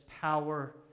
power